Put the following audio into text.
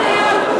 זה רק היגיון,